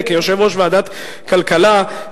כיושב-ראש ועדת הכלכלה,